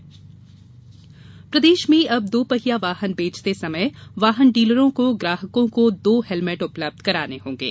helmet प्रदेश में अब दोपहिया वाहन बेचते समय वाहन डीलरों को ग्राहकों को दो हेलमेट उपलब्ध कराने होंगे